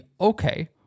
okay